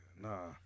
Nah